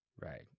Right